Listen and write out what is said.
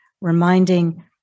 reminding